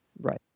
Right